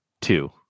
two